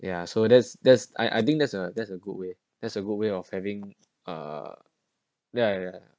ya so that's that's I I think that's a that's a good way as a good way of having uh ya